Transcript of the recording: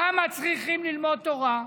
כמה צריכים ללמוד תורה?